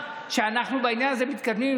שבעניין הזה אנחנו מתקדמים,